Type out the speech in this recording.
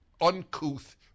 uncouth